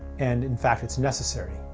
and, in fact, it's necessary.